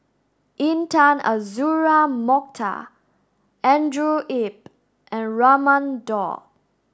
Intan Azura Mokhtar Andrew Yip and Raman Daud